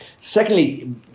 Secondly